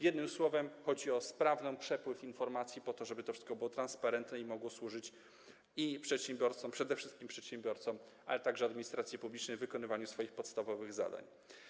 Jednym słowem chodzi o sprawny przepływ informacji, po to żeby to wszytko było transparentne i mogło służyć przedsiębiorcom - przede wszystkim przedsiębiorcom - ale także administracji publicznej w wykonywaniu swoich podstawowych zadań.